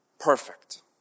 perfect